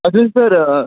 अजून सर